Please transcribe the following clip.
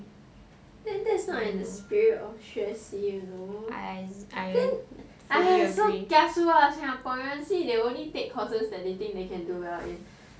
then that's not in the spirit of 学习 you know !aiya! kiasu ah singaporeans see they will only take courses that they think they can do well in